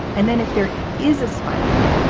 and then if there is a spike.